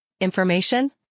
information